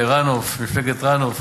אני גם מברך אותו שיהיה לו,